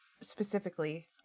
specifically